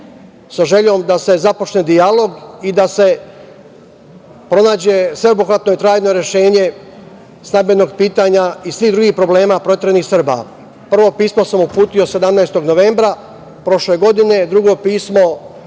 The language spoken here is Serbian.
sa željom da se započne dijalog i da se pronađe sveobuhvatno i trajno rešenje stambenog pitanja i svih drugih problema proteranih Srba. Prvo pismo sam uputio 17. novembra prošle godine, drugo pismo